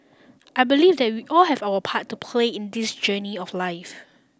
I believe that we all have our part to play in this journey of life